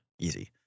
Easy